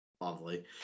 lovely